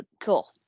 Cool